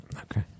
Okay